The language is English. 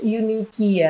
unique